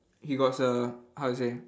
he was a how to say